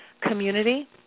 community